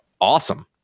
awesome